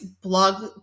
blog